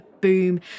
boom